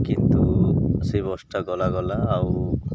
କିନ୍ତୁ ସେଇ ବସ୍ଟା ଗଲା ଗଲା ଆଉ